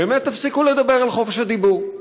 באמת תפסיקו לדבר על חופש הדיבור.